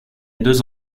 deux